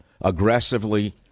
aggressively